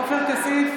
נגד עופר כסיף,